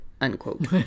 unquote